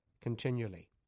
continually